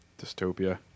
dystopia